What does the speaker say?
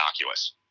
innocuous